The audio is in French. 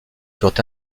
furent